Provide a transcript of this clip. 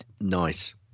Nice